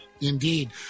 Indeed